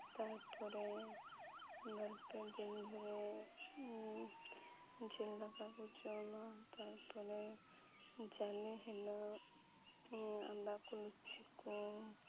ᱛᱟᱨᱯᱚᱨᱮ ᱵᱟᱨ ᱯᱮ ᱫᱤᱱ ᱫᱷᱚᱨᱮ ᱡᱤᱞ ᱫᱟᱠᱟ ᱠᱚ ᱡᱚᱢᱟ ᱛᱟᱨᱯᱚᱨᱮ ᱡᱟᱞᱮ ᱦᱤᱞᱳᱜ ᱞᱩᱪᱤ ᱠᱚ